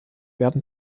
werden